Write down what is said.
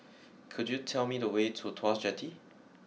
could you tell me the way to Tuas Jetty